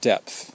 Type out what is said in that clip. Depth